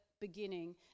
beginning